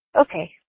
Okay